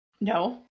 No